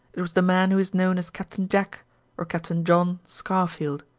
it was the man who is known as captain jack or captain john scarfield.